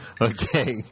Okay